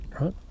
right